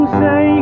say